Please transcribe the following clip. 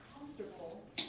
comfortable